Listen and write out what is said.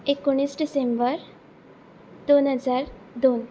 एकोणीस डिसेंबर दोन हजार दोन